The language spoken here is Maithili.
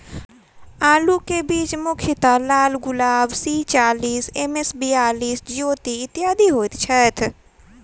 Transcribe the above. आलु केँ बीज मुख्यतः लालगुलाब, सी चालीस, एम.एस बयालिस, ज्योति, इत्यादि होए छैथ?